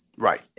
Right